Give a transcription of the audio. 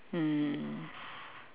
mmhmm